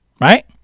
right